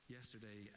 Yesterday